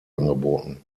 angeboten